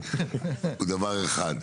הוא דבר אחד: